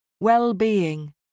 well-being